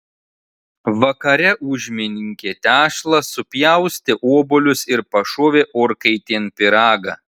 vakare užminkė tešlą supjaustė obuolius ir pašovė orkaitėn pyragą